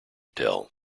tell